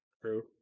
True